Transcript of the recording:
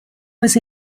was